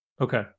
Okay